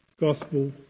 gospel